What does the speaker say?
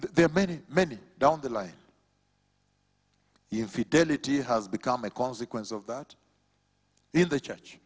there are many many down the line infidelity has become a consequence of that in the church